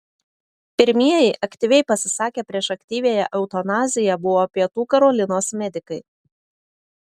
pirmieji aktyviai pasisakę prieš aktyviąją eutanaziją buvo pietų karolinos medikai